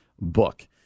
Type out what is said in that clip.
book